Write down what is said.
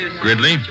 Gridley